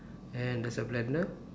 and there's a blender